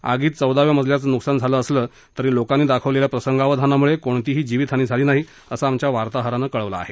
आगीत चौदाव्या मजल्याचं नुकसान झालं असलं तरी लोकांनी दाखवलेल्या प्रसंगावधनाम्ळे कोणतीही जिवीतहानी झाली नाही असं आमच्या वार्ताहरानं कळवलं आहे